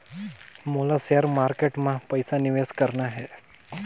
मोला share market मां पइसा निवेश करना हे?